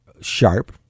sharp